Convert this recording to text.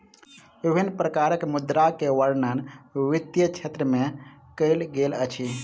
विभिन्न प्रकारक मुद्रा के वर्णन वित्तीय क्षेत्र में कयल गेल अछि